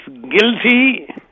guilty